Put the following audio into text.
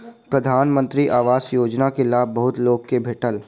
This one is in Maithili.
प्रधानमंत्री आवास योजना के लाभ बहुत लोक के भेटल